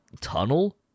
tunnel